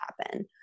happen